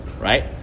right